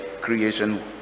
creation